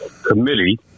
Committee